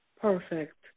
perfect